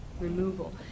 removal